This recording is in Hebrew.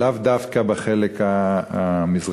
ולאו דווקא בחלק המזרחי,